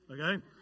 Okay